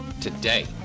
today